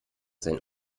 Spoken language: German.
seinen